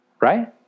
Right